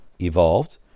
evolved